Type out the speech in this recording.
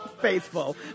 faithful